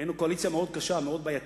היינו קואליציה מאוד קשה, מאוד בעייתית.